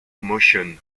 motion